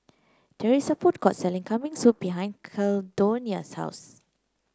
there is a food court selling Kambing Soup behind Caldonia's house